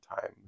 time